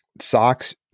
Socks